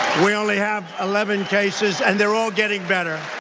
we only have eleven cases and they're all getting better.